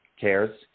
Cares